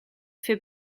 fait